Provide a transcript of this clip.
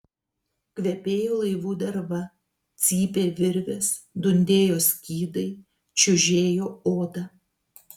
kvepėjo laivų derva cypė virvės dundėjo skydai čiužėjo oda